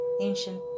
ancient